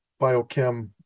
biochem